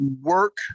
work